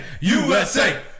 USA